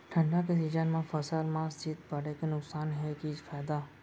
ठंडा के सीजन मा फसल मा शीत पड़े के नुकसान हे कि फायदा?